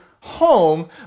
home